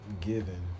Given